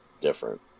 different